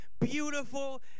beautiful